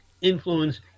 influence